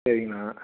சரிங்கண்ணா